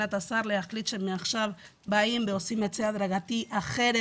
מבחינת השר להחליט שמעכשיו באים ועושים את זה הדרגתי ואחר,